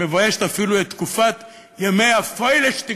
מביישת אפילו את תקופת ימי הפוילעשטיק